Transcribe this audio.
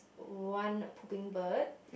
one pooping bird